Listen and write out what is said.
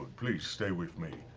please stay with me.